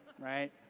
right